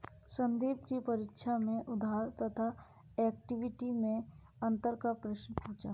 संदीप की परीक्षा में उधार तथा इक्विटी मैं अंतर का प्रश्न पूछा